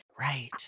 Right